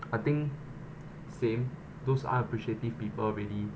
I think same those are appreciative people really